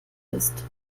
ist